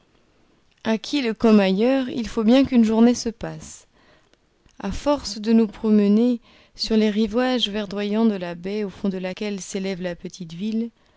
a kiel comme ailleurs il faut bien qu'une journée se passe a force de nous promener sur les rivages verdoyants de la baie au fond de laquelle s'élève la petite ville